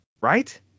right